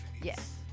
Yes